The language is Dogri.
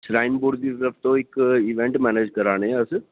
श्राइन बोर्ड दी तरफ तूं इक इवेंट मैनेज करै ने आं अस